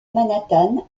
manhattan